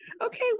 Okay